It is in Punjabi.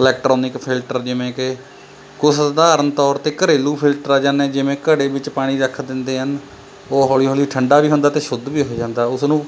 ਇਲੈਕਟ੍ਰਾਨਿਕ ਫਿਲਟਰ ਜਿਵੇਂ ਕਿ ਕੁਛ ਸਧਾਰਨ ਤੌਰ 'ਤੇ ਘਰੈਲੂ ਫਿਲਟਰ ਆ ਜਾਂਦੇ ਜਿਵੇਂ ਘੜੇ ਵਿੱਚ ਪਾਣੀ ਰੱਖ ਦਿੰਦੇ ਹਨ ਉਹ ਹੌਲੀ ਹੌਲੀ ਠੰਡਾ ਵੀ ਹੁੰਦਾ ਅਤੇ ਸ਼ੁੱਧ ਵੀ ਹੋ ਜਾਂਦਾ ਉਸਨੂੰ